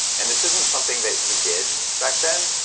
and this isn't something that you did back then.